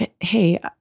hey